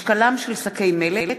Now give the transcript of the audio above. (משקלם של שקי מלט),